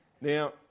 Now